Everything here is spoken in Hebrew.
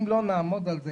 אם לא נעמוד על זה,